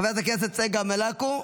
חברת הכנסת צגה מלקו,